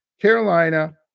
Carolina